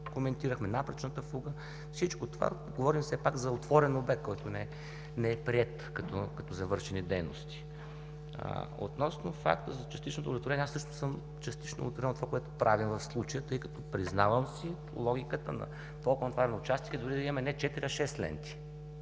коментирахме, напречната фуга – говорим все пак за отворен обект, който не е приет като завършени дейности. Относно факта за частичното удовлетворение, аз също съм частично удовлетворен от това, което правим в случая, тъй като признавам си, логиката за толкова натоварен участък е дори да имаме не четири, а шест ленти.